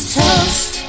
toast